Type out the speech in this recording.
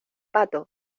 pato